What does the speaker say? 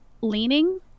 leaning